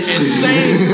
Insane